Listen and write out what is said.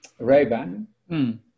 Ray-Ban